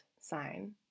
sign